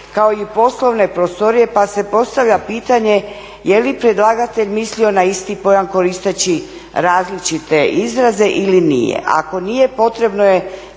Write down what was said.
kao i poslovne prostorije pa se postavlja pitanje je li predlagatelj mislio na isti pojam koristeći različite izraze ili nije. Ako nije, potrebno je